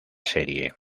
serie